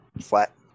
flat